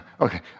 okay